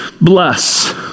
bless